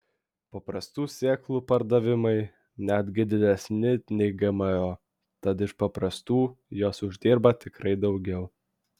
paprastų sėklų pardavimai netgi didesni nei gmo tad iš paprastų jos uždirba tikrai daugiau